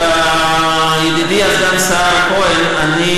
ידידי סגן השר כהן,